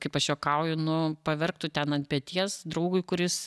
kaip aš juokauju nu paverk tu ten ant peties draugui kuris